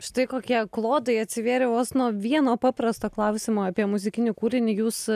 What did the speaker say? štai kokie klodai atsivėrė vos nuo vieno paprasto klausimo apie muzikinį kūrinį jūs